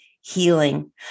healing